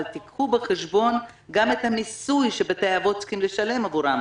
אבל תיקחו בחשבון גם את המיסוי שבתי האבות צריכים לשלם עבורם.